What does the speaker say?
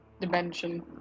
dimension